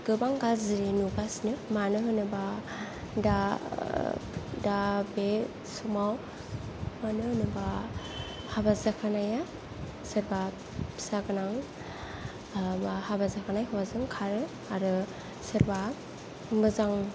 गोबां गाज्रि नुगासिनो मानो होनोबा दा दा बे समाव मानो होनोबा हाबा जाखानाया सोरबा फिसा गोनां एबा हाबा जाखानाय हौवाजों खारो आरो सोरबा मोजां